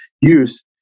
use